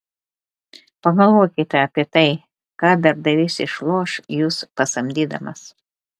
pagalvokite apie tai ką darbdavys išloš jus pasamdydamas